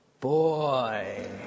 boy